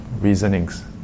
reasonings